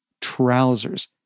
trousers